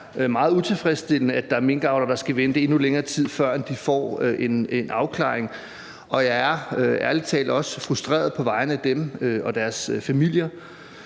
meget utilfredsstillende, at der er minkavlere, der skal vente endnu længere tid, før de får en afklaring, og jeg er ærlig talt også frustreret på vegne af dem og deres familier.